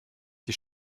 die